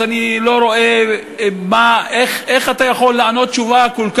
אז אני לא רואה איך אתה יכול לענות תשובה שיש